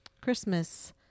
Christmas